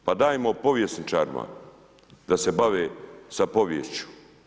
Pa dajmo povjesničarima da se bave sa poviješću.